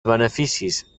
beneficis